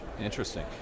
Interesting